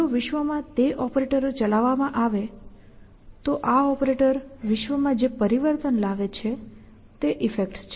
જો વિશ્વમાં તે ઓપરેટરો ચલાવવામાં આવે તો આ ઓપરેટર વિશ્વમાં જે પરિવર્તન લાવે છે તે ઈફેક્ટ્સ છે